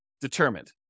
determined